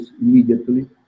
immediately